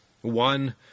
One